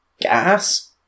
gas